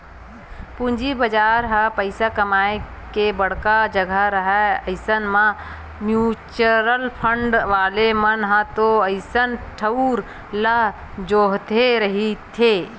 पूंजी बजार ह पइसा कमाए के बड़का जघा हरय अइसन म म्युचुअल फंड वाले मन ह तो अइसन ठउर ल जोहते रहिथे